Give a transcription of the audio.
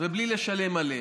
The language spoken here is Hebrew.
ובלי לשלם עליהם.